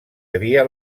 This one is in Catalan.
havia